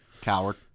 Coward